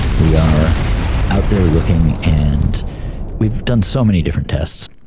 we are out there looking and we've done so many different tests.